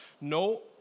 No